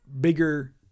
bigger